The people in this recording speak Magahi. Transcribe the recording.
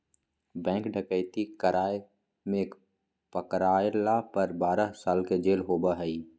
बैंक डकैती कराय में पकरायला पर बारह साल के जेल होबा हइ